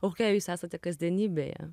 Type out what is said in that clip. o kokia jūs esate kasdienybėje